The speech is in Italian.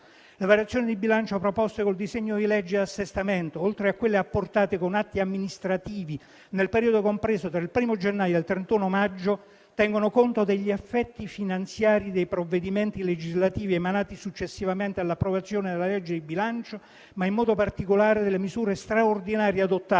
Le variazioni di bilancio proposte con il disegno di legge di assestamento, oltre a quelle apportate con atti amministrativi nel periodo compreso tra il 1° gennaio e il 31 maggio, tengono conto degli effetti finanziari dei provvedimenti legislativi emanati successivamente all'approvazione della legge di bilancio, ma in modo particolare delle misure straordinarie adottate